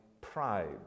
pride